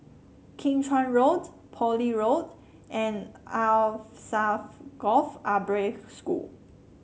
Kim Chuan Road Poole Road and Alsagoff Arab School